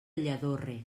lladorre